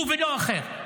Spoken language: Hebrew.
הוא ולא אחר.